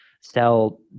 sell